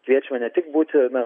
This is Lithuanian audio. kviečiame ne tik būti na